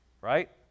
Right